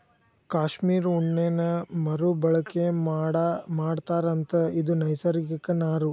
cashmere ಉಣ್ಣೇನ ಮರು ಬಳಕೆ ಮಾಡತಾರಂತ ಇದು ನೈಸರ್ಗಿಕ ನಾರು